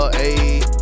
ayy